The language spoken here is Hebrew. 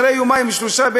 אחרי יומיים-שלושה,